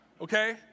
okay